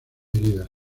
heridas